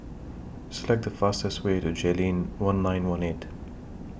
Select The fastest Way to Jayleen one nine one eight